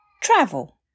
Travel